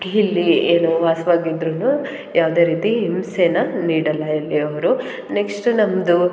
ಇಲ್ಲಿ ಏನು ವಾಸವಾಗಿದ್ರೂ ಯಾವುದೇ ರೀತಿ ಹಿಂಸೆನ ನೀಡಲ್ಲ ಇಲ್ಲಿ ಅವರು ನೆಕ್ಸ್ಟು ನಮ್ಮದು